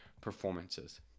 performances